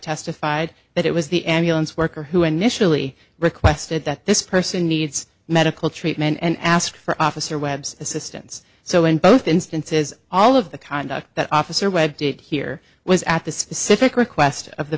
testified that it was the ambulance worker who initially requested that this person needs medical treatment and asked for officer webb's assistance so in both instances all of the conduct that officer webb did here was at the specific request of the